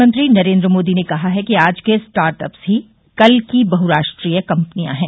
प्रधानमंत्री नरेन्द्र मोदी ने कहा है कि आज के स्टार्टअप्स ही कल की बहुराष्ट्रीय कंपनियां हैं